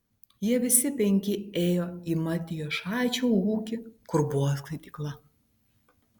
jie visi penki ėjo į matijošaičio ūkį kur buvo skaitykla